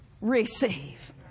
receive